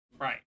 right